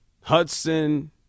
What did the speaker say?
Hudson